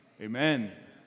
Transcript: Amen